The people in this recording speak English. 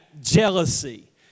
jealousy